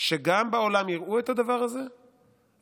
שגם בעולם יראו את הדבר הזה ויבינו,